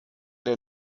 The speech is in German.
der